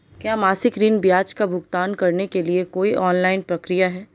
क्या मासिक ऋण ब्याज का भुगतान करने के लिए कोई ऑनलाइन प्रक्रिया है?